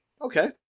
okay